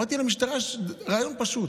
אמרתי למשטרה, רעיון פשוט: